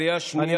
לקריאה שנייה,